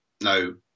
no